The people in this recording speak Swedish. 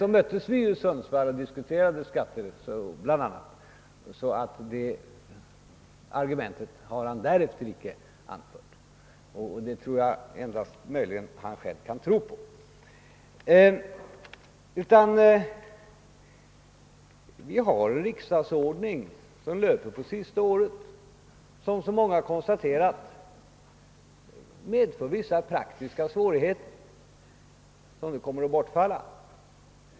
Sedan möttes vi emellertid i Sundsvall och diskuterade bl.a. skatterna och därefter har han icke anfört argumentet. Det är något som endast möjligen han själv kan tro på. Vi har en riksdagsordning, vilken löper på det sista året och vilken, såsom så många konstaterat, medför vissa praktiska svårigheter som nu kommer att bortfalla.